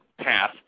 path